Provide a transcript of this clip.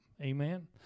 Amen